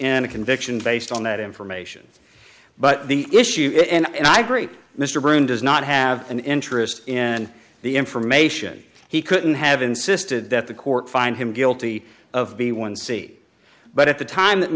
in a conviction based on that information but the issue is and i agree mr byrne does not have an interest in the information he couldn't have insisted that the court find him guilty of the one c but at the time that